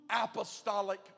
apostolic